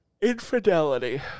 infidelity